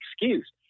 excuse